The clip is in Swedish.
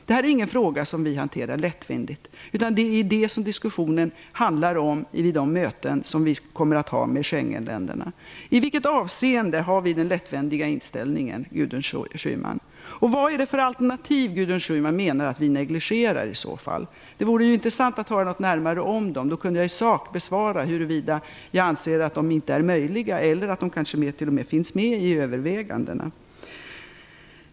Detta är ingen fråga som vi hanterar lättvindigt, utan det är det som diskussionerna handlar om vid de möten som vi kommer att ha med Schengenländerna. I vilket avseende har vi en lättvindig inställning, Gudrun Schyman? Vad är det då i så fall för alternativ som Gudrun Schyman menar att vi negligerar? Det vore intressant att höra något närmare om dessa, för då kunde jag i sak besvara frågan huruvida jag anser att dessa alternativ inte är möjliga eller t.o.m. kanske finns med i övervägandena.